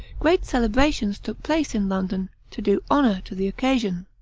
great celebrations took place in london, to do honor to the occasion.